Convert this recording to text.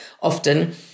often